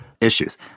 issues